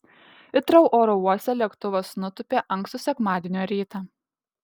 hitrou oro uoste lėktuvas nutūpė ankstų sekmadienio rytą